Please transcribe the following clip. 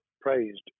praised